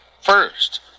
first